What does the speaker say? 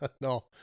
No